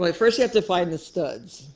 like first you have to find the studs.